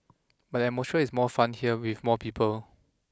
but the atmosphere is more fun here with more people